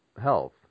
health